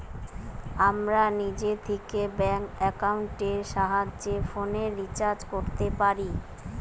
আমরা নিজে থিকে ব্যাঙ্ক একাউন্টের সাহায্যে ফোনের রিচার্জ কোরতে পারি